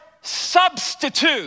substitute